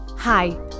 Hi